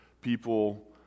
people